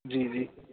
جی جی